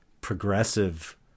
progressive